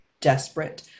desperate